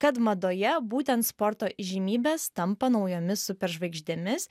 kad madoje būtent sporto įžymybės tampa naujomis superžvaigždėmis